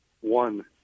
One